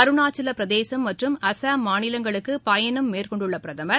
அருணாச்சவபிரதேசம் மற்றும் அசாம் மாநிலங்களுக்குபயணம் மேற்கொண்டுள்ளபிரதமர்